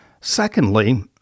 Secondly